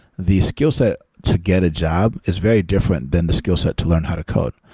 the skillset to get a job is very different than the skillset to learn how to code.